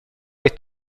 est